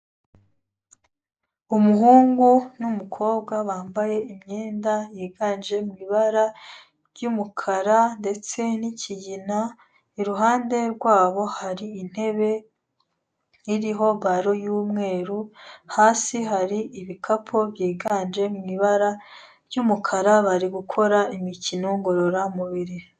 Umuhungu n'umukobwa bambaye imyenda yiganje mu ibara ry'umukara ndetse n'ikigina, iruhande rwabo hari intebe iriho baro y'umweru, hasi hari ibikapu byiganje mu ibara ry'umukara, bari gukora imikino ngororamubiri.